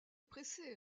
pressé